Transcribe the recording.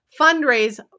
fundraise